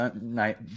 Night